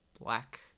black